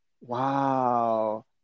Wow